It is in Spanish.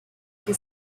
que